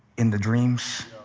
in the dreams